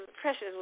precious